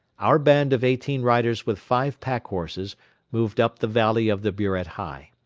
our band of eighteen riders with five packhorses moved up the valley of the buret hei.